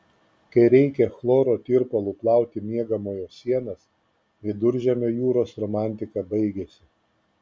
kai reikia chloro tirpalu plauti miegamojo sienas viduržemio jūros romantika baigiasi